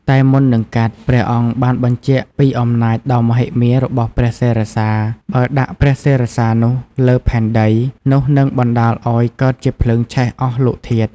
តែមុននឹងកាត់ ព្រះអង្គបានបញ្ជាក់ពីអំណាចដ៏មហិមារបស់ព្រះសិរសា បើដាក់ព្រះសិរសានោះលើផែនដី នោះនឹងបណ្ដាលឲ្យកើតជាភ្លើងឆេះអស់លោកធាតុ។